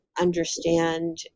understand